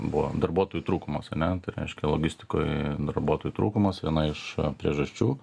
buvo darbuotojų trūkumas ane tai reiškia logistikoj darbuotojų trūkumas viena iš priežasčių